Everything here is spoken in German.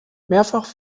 mehrfach